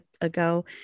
ago